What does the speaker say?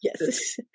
Yes